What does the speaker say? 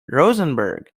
rosenberg